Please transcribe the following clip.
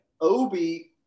Obi